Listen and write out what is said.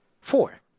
Four